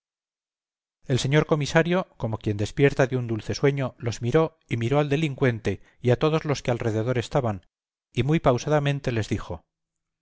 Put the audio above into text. el señor comisario como quien despierta de un dulce sueño los miró y miró al delincuente y a todos los que alderredor estaban y muy pausadamente les dijo